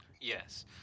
yes